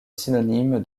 synonyme